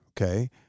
okay